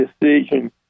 decision